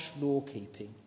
law-keeping